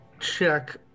check